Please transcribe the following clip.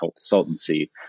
consultancy